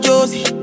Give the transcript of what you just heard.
Josie